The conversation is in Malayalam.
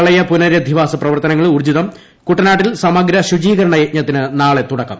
കേരളത്തിൽ പ്രളയ പുനരധിവാസ പ്രവർത്തനങ്ങൾ ഊർജ്ജിതം കുട്ടനാട്ടിൽ സമഗ്ര ശുചീകരണ യജ്ഞത്തിന് നാളെ തുടക്കം